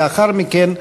לאחר מכן,